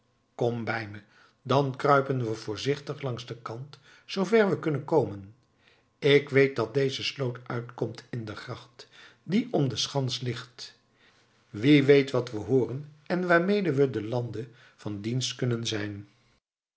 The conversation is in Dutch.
kom bij me dan kruipen we voorzichtig langs den kant zoover we kunnen komen ik weet dat deze sloot uitkomt in de gracht die om de schans ligt wie weet wat we hooren en waarmede we den lande van dienst kunnen zijn